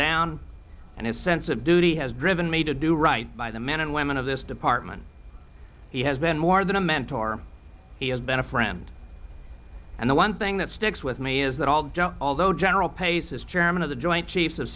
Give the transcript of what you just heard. down and his sense of duty has driven me to do right by the men and women of this department he has been more than a mentor he has been a friend and the one thing that sticks with me is that all although general pace's chairman of the joint chiefs of